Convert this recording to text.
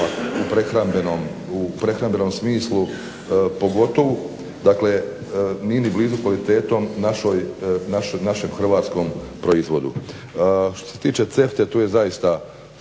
u prehrambenom smislu pogotovo, nije ni blizu kvalitetom našem hrvatskom proizvodu. Što se tiče CEFTA-e tu je zaista